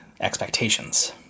expectations